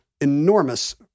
enormous